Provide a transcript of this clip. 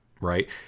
right